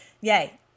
yay